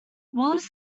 wallace